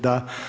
Da.